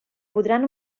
podran